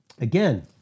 again